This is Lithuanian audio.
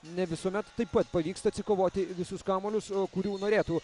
ne visuomet taip pat pavyksta atsikovoti visus kamuolius kurių norėtų